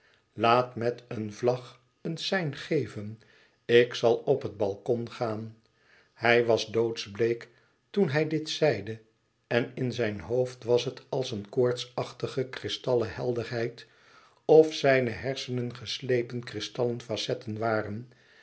laat met een vlag een sein geven ik zal op het balkon gaan hij was doodsbleek toen hij dit zeide en in zijn hoofd was het als een koortsachtige kristallen helderheid of zijne hersenen geslepen kristallen facetten waren